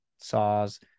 saws